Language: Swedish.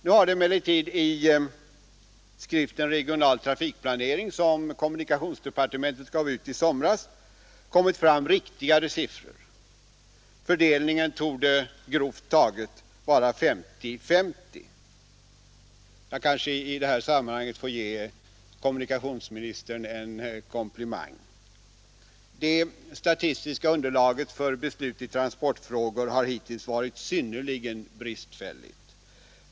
Nu har emellertid i skriften Regional trafikplanering, som kommunikationsdepartementet gav ut i somras, kommit fram riktigare siffror. Fördelningen torde grovt taget vara 50—50. Jag kanske i det här sammanhanget får ge kommunikations komplimang. Det statistiska underlaget för beslut i transportfrågor har hittills varit synnerligen bristfälligt.